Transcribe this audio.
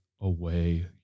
away